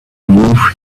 move